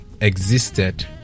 existed